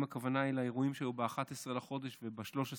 אם הכוונה היא לאירועים שהיו ב-11 לחודש וב-13 לחודש,